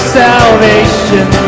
salvation